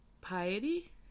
Piety